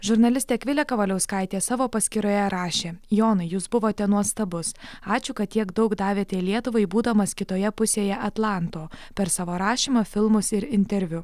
žurnalistė akvilė kavaliauskaitė savo paskyroje rašė jonai jūs buvote nuostabus ačiū kad tiek daug davėte lietuvai būdamas kitoje pusėje atlanto per savo rašymą filmus ir interviu